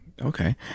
Okay